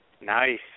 Nice